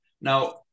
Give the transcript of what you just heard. now